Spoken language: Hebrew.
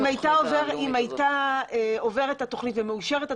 אם הייתה עוברת התכנית ומאושרת,